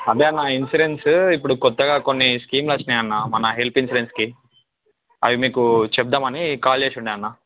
అదే అన్న ఇన్సూరెన్స్ ఇప్పుడు కొత్తగా కొన్ని స్కీమ్లు వచ్చినాయి అన్న మన హెల్త్ ఇన్సూరెన్స్కి అది మీకు చెప్దామని కాల్ చేసుండే అన్న